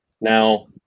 Now